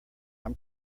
i’m